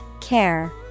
care